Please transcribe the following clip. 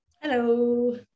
Hello